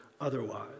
otherwise